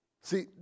See